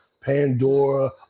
Pandora